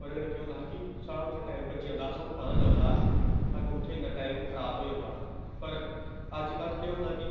ओह्दे कन्नै केह् होंदा हा कि साढ़ा उत्थै टाइम भज्जी जंदा हा सानूं पता निं लगदा हा सानूं उत्थै इन्ना टाइम खराब होई जंदा हा पर अजकल्ल केह् होंदा कि